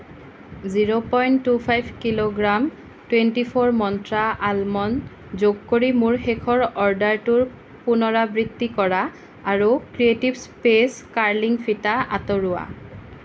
zero point two five kilogram twenty four Mantra almond যোগ কৰি মোৰ শেষৰ অৰ্ডাৰটোৰ পুনৰাবৃত্তি কৰা আৰু ক্ৰিয়েটিভ স্পেচ কাৰ্লিং ফিতা আঁতৰোৱা